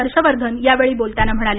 हर्षवर्धन यावेळी बोलताना म्हणाले